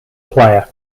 player